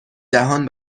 دهان